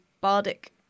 Bardic